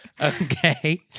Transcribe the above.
Okay